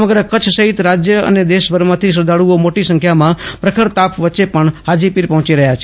સમગ્ર કચ્છ સહિત રાજ્ય અને દેશભરથી શ્રધ્ધાળુઓ મોટી સંખ્યામાં પ્રખર તાપ વચ્ચે પણ હાજીપીર પહોંચી રહ્યા છે